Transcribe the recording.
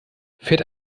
fährt